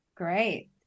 Great